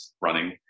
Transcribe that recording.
running